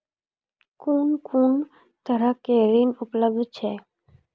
कून कून तरहक ऋण उपलब्ध छै?